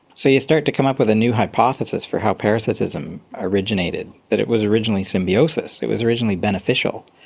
so you start to come up with a new hypothesis for how parasitism originated, that it was originally symbiosis, it was originally beneficial,